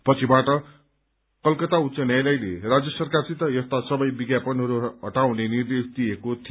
पछिबाट कलकता उच्च न्यायालयले राज्य सरकारसित यस्ता सबै विज्ञापनहरू हटाउने निर्देश दिएको थियो